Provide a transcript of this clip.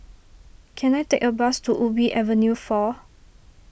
can I take a bus to Ubi Avenue four